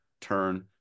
turn